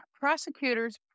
Prosecutors